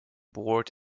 board